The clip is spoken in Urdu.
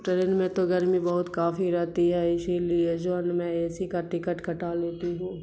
ٹرین میں تو گرمی بہت کافی رہتی ہے اسی لیے جو ہے نا میں اے سی کا ٹکٹ کٹا لیتی ہوں